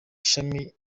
shami